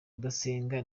udasenga